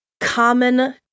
common